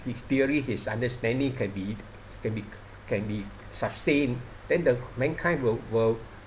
his theory his understanding can be can be can be sustained then the mankind will will